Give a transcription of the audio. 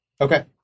Okay